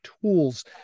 tools